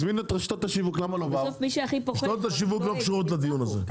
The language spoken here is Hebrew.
רשתות השיווק לא רלוונטיות לדיון הזה.